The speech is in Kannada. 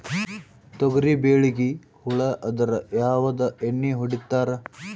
ತೊಗರಿಬೇಳಿಗಿ ಹುಳ ಆದರ ಯಾವದ ಎಣ್ಣಿ ಹೊಡಿತ್ತಾರ?